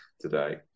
today